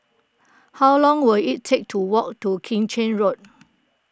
how long will it take to walk to Keng Chin Road